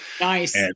Nice